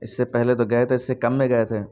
اس سے پہلے تو گئے تھے اس سے کم میں گئے تھے